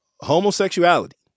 homosexuality